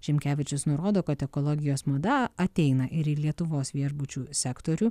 šimkevičius nurodo kad ekologijos mada ateina ir į lietuvos viešbučių sektorių